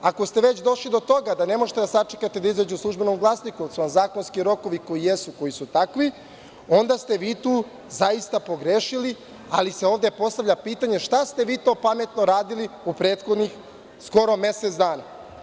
Ako ste već došli do toga da ne možete da sačekate da izađe u „Službenom glasniku“, jer su vam zakonski rokovi koji jesu koji su takvi, onda ste vi tu zaista pogrešili, ali se ovde postavlja pitanje šta ste vi to pametno radili u prethodnih skoro mesec dana.